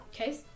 Okay